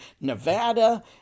Nevada